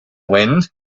wind